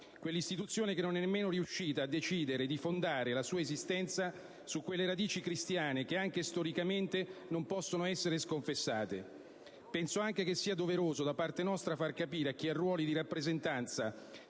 quell'istituzione che non è nemmeno riuscita a decidere di fondare la sua esistenza su quelle radici cristiane che, anche storicamente, non possono essere sconfessate. Penso anche che sia doveroso da parte nostra far capire a chi ha ruoli di rappresentanza